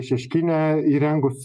šeškinę įrengus